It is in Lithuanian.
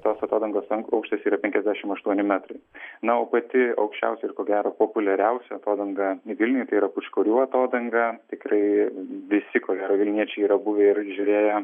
tos atodangos aukštis yra penkiasdešim aštuoni metrai na o pati aukščiausia ir ko gero populiariausia atodanga vilniuje tai yra pučkorių atodanga tikrai visi ko gero vilniečiai yra buvę ir žiūrėję